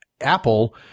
apple